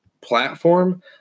platform